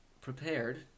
prepared